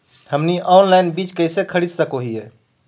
हमनी ऑनलाइन बीज कइसे खरीद सको हीयइ?